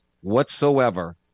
whatsoever